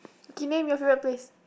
okay name your favourite place